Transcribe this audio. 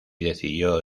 decidió